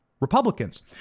Republicans